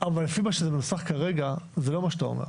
לפי הניסוח כרגע, זה לא מה שאתה אומר.